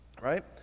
Right